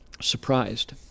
surprised